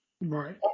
Right